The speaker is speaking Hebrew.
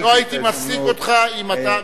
לא הייתי מפסיק אותך אם אתה,